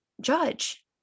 judge